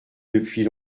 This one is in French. depuis